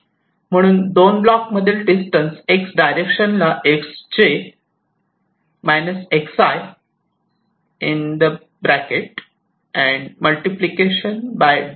म्हणून दोन ब्लॉक मधील डिस्टन्स x डायरेक्शन ला wij इतके असेल